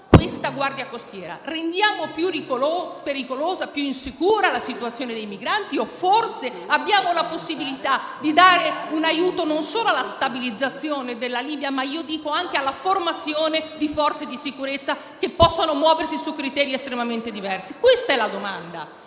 della difesa), rendiamo più pericolosa, più insicura la situazione dei migranti? Non abbiamo forse la possibilità di dare un aiuto, non solo alla stabilizzazione della Libia, ma - io dico - anche alla formazione di forze di sicurezza che possano muoversi su criteri estremamente diversi? Questa è la domanda